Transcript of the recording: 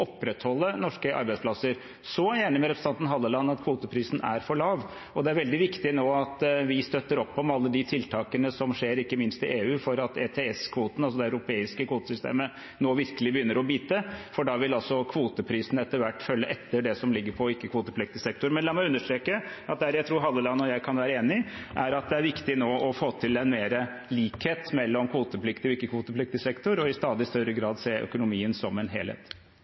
opprettholde norske arbeidsplasser. Så er jeg enig med representanten Halleland i at kvoteprisen er for lav, og det er veldig viktig at vi nå støtter opp om alle de tiltakene som skjer ikke minst i EU, for at ETS-kvoten, altså det europeiske kvotesystemet, nå virkelig begynner å bite, for da vil kvoteprisen etter hvert følge etter det som ligger på ikke-kvotepliktig sektor. Men la meg understreke at der jeg tror Halleland og jeg kan være enige, er i at det nå er viktig å få til mer likhet mellom kvotepliktig og ikke-kvotepliktig sektor og i stadig større grad se økonomien som en helhet.